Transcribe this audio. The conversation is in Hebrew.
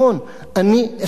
אני אשמח לדעת.